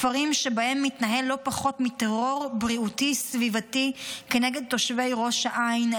כפרים שבהם מתנהל לא פחות מטרור בריאותי-סביבתי כנגד תושבי ראש העין,